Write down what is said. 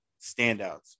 standouts